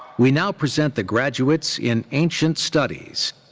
we now present the graduates in ancient studies.